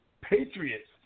Patriots